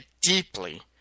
deeply